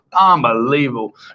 Unbelievable